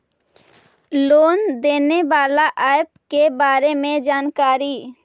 Loan देने बाला app के बारे मे जानकारी?